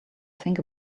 think